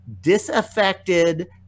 disaffected